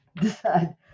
decide